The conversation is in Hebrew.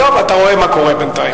טוב, אתה רואה מה קורה בינתיים.